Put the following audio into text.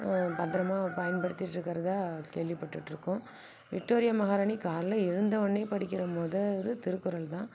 பத்திரமா பயன்படுத்திட்டிருக்குறதா கேள்விப் பட்டுட்டிருக்கோம் விக்டோரியா மகாராணி காலையில் எழுந்த உடனே படிக்கிற மொதல் இது திருக்குறள் தான்